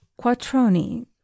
Quattroni